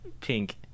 Pink